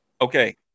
okay